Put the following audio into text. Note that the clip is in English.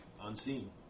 unseen